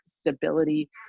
stability